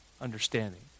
understanding